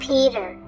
Peter